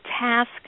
task